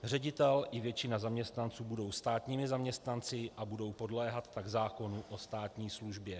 Ředitel i většina zaměstnanců budou státními zaměstnanci, a budou tak podléhat zákonu o státní službě.